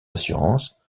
assurance